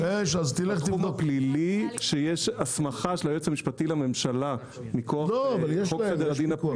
יש הסמכה של היועץ המשפטי לממשלה מכוח חוק סדר הדין הפלילי.